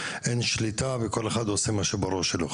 אין שליטה וכל אחד עושה מה שבראש שלו.